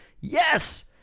yes